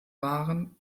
waren